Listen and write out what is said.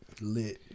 lit